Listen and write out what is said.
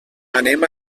anem